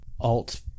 alt